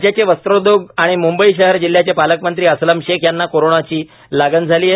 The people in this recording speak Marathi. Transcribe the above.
राज्याचे वस्त्रोदयोग आणि मुंबई शहर जिल्ह्याचे पालकमंत्री अस्लम शेख यांना कोरोनाची लागण झाली आहे